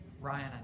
Ryan